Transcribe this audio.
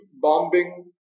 bombing